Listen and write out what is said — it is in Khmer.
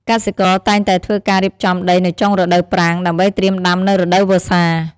កសិករតែងតែធ្វើការរៀបចំដីនៅចុងរដូវប្រាំង ដើម្បីត្រៀមដាំនៅរដូវវស្សា។